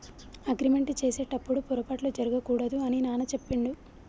agreement చేసేటప్పుడు పొరపాట్లు జరగకూడదు అని నాన్న చెప్పిండు